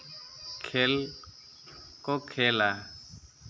ᱠᱷᱮᱞ ᱠᱚ ᱠᱷᱮᱞᱟ